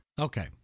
Okay